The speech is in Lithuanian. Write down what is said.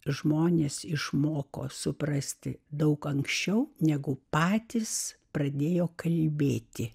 žmonės išmoko suprasti daug anksčiau negu patys pradėjo kalbėti